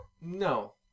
No